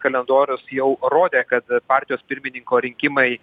kalendorius jau rodė kad partijos pirmininko rinkimai